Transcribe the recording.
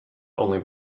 only